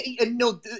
no